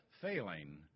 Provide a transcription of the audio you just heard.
failing